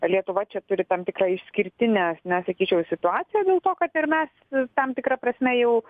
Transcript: lietuva čia turi tam tikrą išskirtinę na sakyčiau situaciją dėl to kad ir mes tam tikra prasme jau